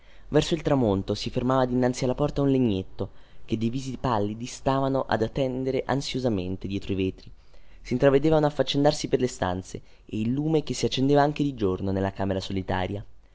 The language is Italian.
verso il tramonto si fermava dinanzi alla porta un legnetto che dei visi pallidi stavano ad attendere ansiosamente dietro i vetri sintravedeva un affaccendarsi per le stanze e il lume che si accendeva anche di giorno nella camera solitaria